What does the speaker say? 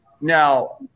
now